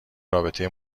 رابطه